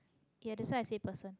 ya that's why i say person